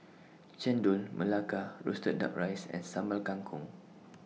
Chendol Melaka Roasted Duck Rice and Sambal Kangkong